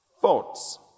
thoughts